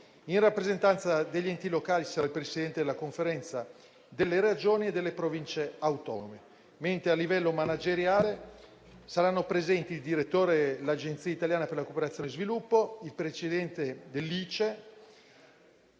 In rappresentanza degli enti locali vi sarà il Presidente della Conferenza delle Regioni e delle Province autonome. A livello manageriale saranno presenti il direttore dell'Agenzia italiana per la cooperazione allo sviluppo, il presidente dell'ICE,